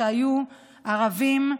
שהיו ערבים,